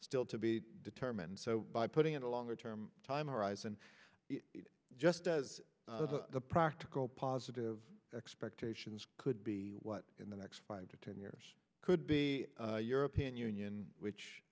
still to be determined so by putting in a longer term time horizon just as practical positive expectations could be what in the next five to ten years could be european union which